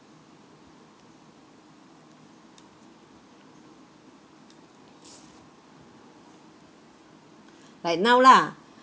like now lah